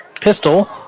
pistol